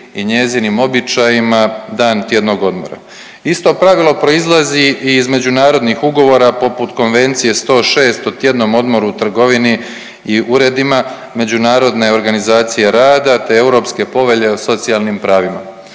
i njezinim običajima dan tjednog odmora. Isto pravilo proizlazi i iz međunarodnih ugovora poput Konvencije 106. o tjednom odmoru u trgovini i uredima Međunarodne organizacije rada, te Europske povelje o socijalnim pravima.